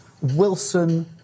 Wilson